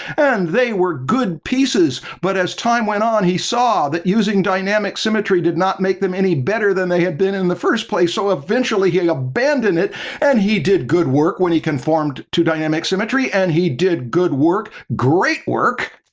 and they were good pieces. but as time went on, he saw that using dynamic symmetry did not make them any better than they had been in the first place. so, eventually, he abandoned it and he did good work when he conformed to dynamic symmetry. and he did good work, great work